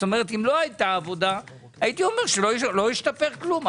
כלומר לו לא הייתה העבודה הייתי אומר שלא השתפר כלום.